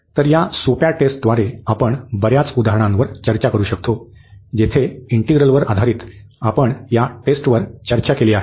तर या सोप्या टेस्टद्वारे आपण बर्याच उदाहरणांवर चर्चा करू शकतो जेथे इंटिग्रलवर आधारित आपण या टेस्टवर चर्चा केली आहे